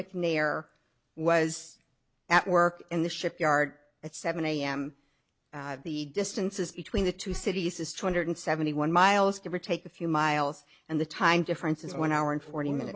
mcnair was at work in the shipyard at seven am the distances between the two cities is two hundred seventy one miles give or take a few miles and the time difference is one hour and forty minute